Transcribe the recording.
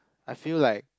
I feel like